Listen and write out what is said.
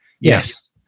Yes